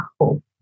hope